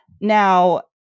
Now